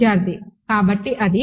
విద్యార్థి కాబట్టి అది